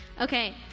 Okay